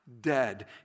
dead